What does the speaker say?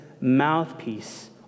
mouthpiece